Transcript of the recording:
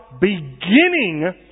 beginning